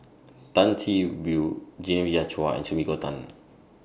Tan See Boo Genevieve Chua and Sumiko Tan